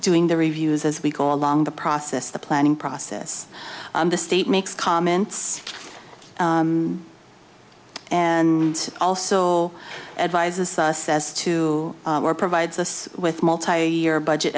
doing the reviews as we go along the process the planning process the state makes comments and also advises us as to where provides us with multi year budget